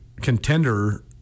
contender